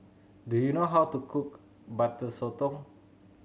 do you know how to cook Butter Sotong